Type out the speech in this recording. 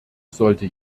sollte